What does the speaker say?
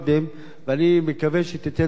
אני מקווה שתיתן את דעתך על הנושא.